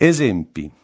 Esempi